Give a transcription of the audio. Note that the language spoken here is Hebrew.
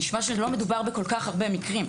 נשמע שזה לא מדובר בכל כך הרבה מקרים,